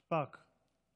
שפָּק.